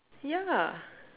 yeah